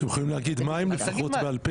אתם יכולים להגיד מהם לפחות בעל פה?